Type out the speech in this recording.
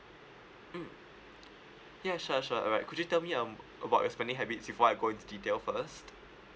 mm yeah sure sure alright could you tell me um about your spending habits before I go into detail first